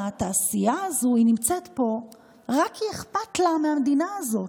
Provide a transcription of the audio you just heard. התעשייה הזו נמצאת פה רק כי אכפת לה מהמדינה הזאת.